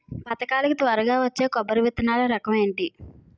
పథకాల కి త్వరగా వచ్చే కొబ్బరి విత్తనాలు రకం ఏంటి?